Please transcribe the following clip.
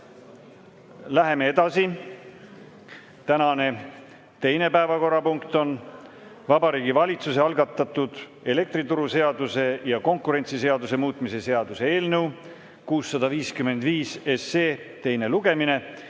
Läheme edasi. Tänane teine päevakorrapunkt on Vabariigi Valitsuse algatatud elektrituruseaduse ja konkurentsiseaduse muutmise seaduse eelnõu 655 teine lugemine.